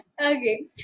Okay